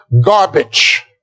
garbage